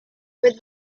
with